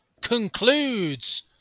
concludes